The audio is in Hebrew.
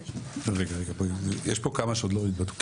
יש פה כמה שעוד לא התבטאו.